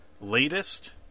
latest